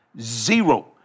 Zero